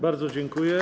Bardzo dziękuję.